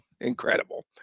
Incredible